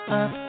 up